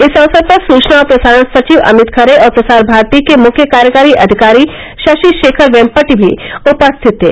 इस अवसर पर सूचना और प्रसारण सचिव अमित खरे और प्रसार भारती के मुख्य कार्यकारी अधिकारी शशि शेखर वेम्पटि भी उपस्थित थे